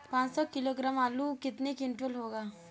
पाँच सौ किलोग्राम आलू कितने क्विंटल होगा?